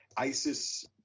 ISIS